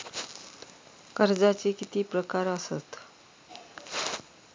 कर्जाचे किती प्रकार असात?